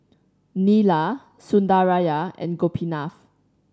Neila Sundaraiah and Gopinath